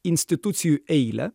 institucijų eilę